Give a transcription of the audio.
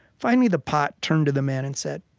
finally, the pot turned to the man and said,